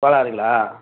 பாலாறுங்களா